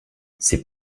c’est